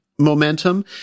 Momentum